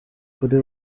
kuri